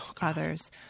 others